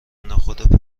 نخود